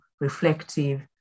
reflective